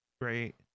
great